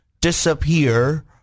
disappear